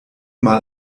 mal